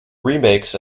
remakes